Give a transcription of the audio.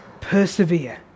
persevere